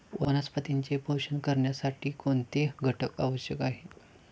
वनस्पतींचे पोषण करण्यासाठी कोणते घटक आवश्यक आहेत?